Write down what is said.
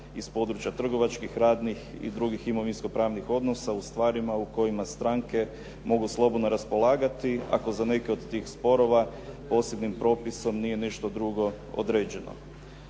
iz područja trgovačkih, radnih i drugih imovinsko-pravnih odnosa u stvarima u kojima stranke mogu slobodno raspolagati, ako za neke od tih sporova posebnim propisom nije nešto drugo određeno.